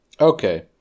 Okay